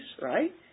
right